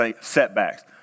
setbacks